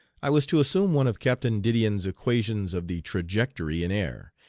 i was to assume one of captain didion's equations of the trajectory in air,